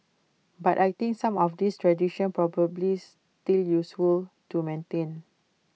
but I think some of these traditions probably still useful to maintain